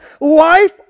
life